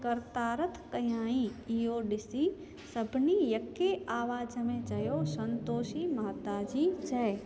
कर्तारथ कयाई इहो ॾिसी सभिनी यके आवाज़ में चयो संतोषी माता जी जय